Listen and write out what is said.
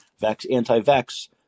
anti-vax